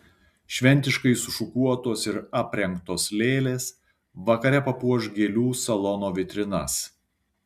šventiškai sušukuotos ir aprengtos lėlės vakare papuoš gėlių salono vitrinas